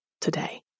today